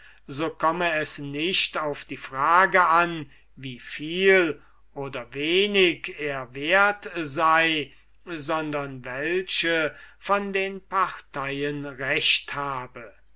so komme es nicht auf die frage an wie viel oder wenig er wert sei sondern welche von den parteien recht habe